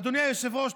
אדוני היושב-ראש,